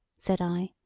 said i,